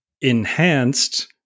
enhanced